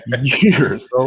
years